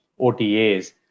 OTAs